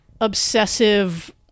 obsessive